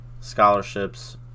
scholarships